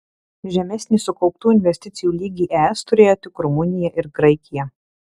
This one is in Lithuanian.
žemesnį sukauptų investicijų lygį es turėjo tik rumunija ir graikija